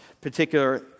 particular